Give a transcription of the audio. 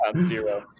zero